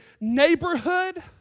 neighborhood